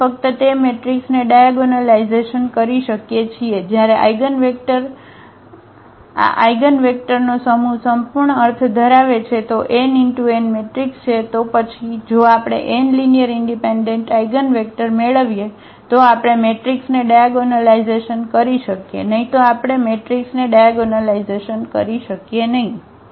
આપણે ફક્ત તે મેટ્રિક્સને ડાયાગોનલાઇઝેશન કરી શકીએ છીએ જ્યારે આઇગનવેક્ટર આ આઇગનવેક્ટરનો સમૂહ સંપૂર્ણ અર્થ ધરાવે છે જો તે n × n મેટ્રિક્સ છે તો પછી જો આપણે n લીનીઅરઇનડિપેન્ડન્ટ આઇગનવેક્ટર મેળવીએ તો આપણે મેટ્રિક્સને ડાયાગોનલાઇઝેશન કરી શકીએ નહીં તો આપણે મેટ્રિક્સને ડાયાગોનલાઇઝેશન કરી શકીએ નહીં